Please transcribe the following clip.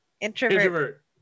Introvert